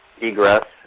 egress